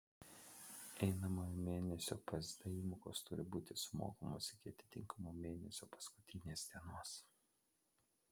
einamojo mėnesio psd įmokos turi būti sumokamos iki atitinkamo mėnesio paskutinės dienos